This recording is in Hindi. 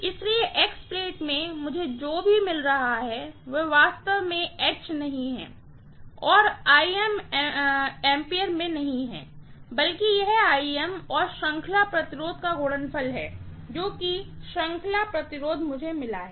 इसलिए एक्स प्लेट में मुझे जो मिल रहा है वह वास्तव में H नहीं है और एम्पीयर में भी नहीं है बल्कि यहऔर सीरीज रेजिस्टेंस का गुणनफल है है कि जो भी सीरीज रेजिस्टेंस मुझे मिला है